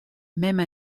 même